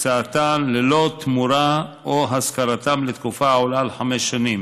הקצאתם ללא תמורה ללא תמורה או השכרתם לתקופה העולה על חמש שנים,